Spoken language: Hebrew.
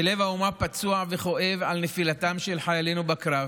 שבהם לב האומה פצוע וכואב על נפילתם של חיילינו בקרב,